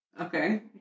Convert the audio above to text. Okay